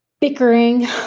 bickering